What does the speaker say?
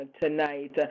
tonight